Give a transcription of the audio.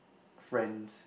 friends